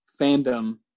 fandom